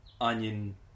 onion